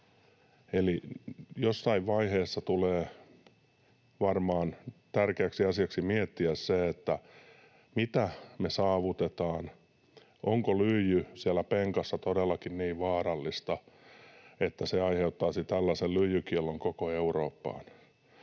Eli jossain vaiheessa tulee varmaan tärkeäksi asiaksi miettiä se, mitä me saavutetaan. Onko lyijy siellä penkassa todellakin niin vaarallista, että se aiheuttaisi tällaisen lyijykiellon koko Eurooppaan?